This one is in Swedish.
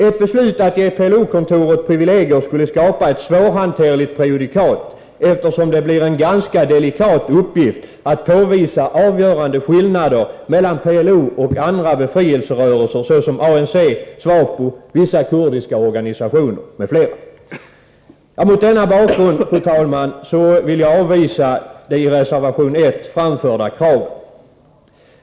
Ett beslut att ge PLO-kontoret privilegier skulle skapa ett svårhanterligt prejudikat, eftersom det blir en ganska delikat uppgift att påvisa avgörande skillnader mellan PLO och andra befrielserörelser såsom ANC, SWAPO och vissa kurdiska organisationer. Mot denna bakgrund, fru talman, vill jag avvisa de i reservation 1 framförda kraven.